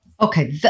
Okay